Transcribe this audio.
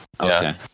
Okay